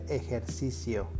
ejercicio